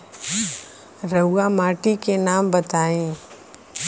रहुआ माटी के नाम बताई?